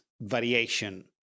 variation